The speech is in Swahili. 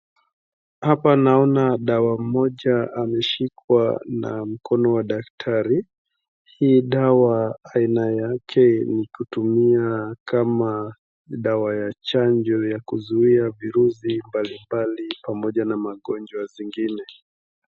Hapa naona dawa moja ameshikwa na mkono wa daktari. Hii dawa aina yake ni kutumia kama dawa ya chanjo ya kuzuia virusi mbalimbali pamoja na magonjwa zingine.